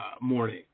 morning